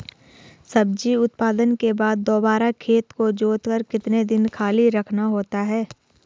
सब्जी उत्पादन के बाद दोबारा खेत को जोतकर कितने दिन खाली रखना होता है?